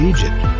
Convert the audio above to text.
Egypt